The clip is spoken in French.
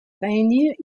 réunir